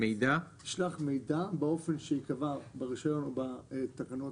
"יישלח מידע באופן שיקבע ברישיון או בתקנות